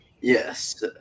Yes